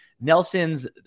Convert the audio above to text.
nelson's